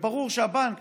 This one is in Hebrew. וברור שהבנק